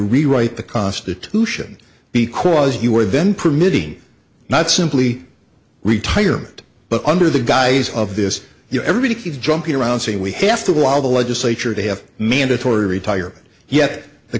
rewrite the constitution because you were then permitting not simply retirement but under the guise of this you know everybody is jumping around saying we have to walk the legislature to have mandatory retirement yet the